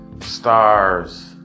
stars